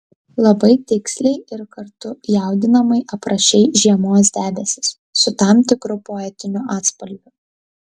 labai tiksliai ir kartu jaudinamai aprašei žiemos debesis su tam tikru poetiniu atspalviu